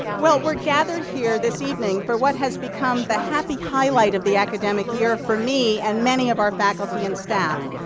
well, we're gathered here this evening for what has become the happy highlight of the academic year, for me and many of our faculty and staff.